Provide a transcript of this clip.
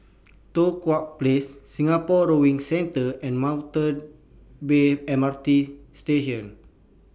Tua Kong Place Singapore Rowing Centre and Mount bare M R T Station